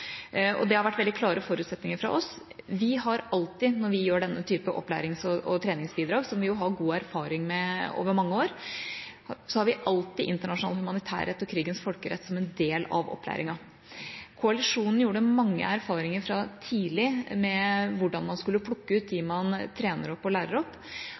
Det har vært veldig klare forutsetninger fra oss. Når vi gir denne type opplærings- og treningsbidrag, som vi har god erfaring med over mange år, har vi alltid internasjonal humanitærrett og krigens folkerett som en del av opplæringa. Koalisjonen gjorde mange erfaringer tidlig med hvordan man skulle plukke ut dem man trener opp og lærer opp,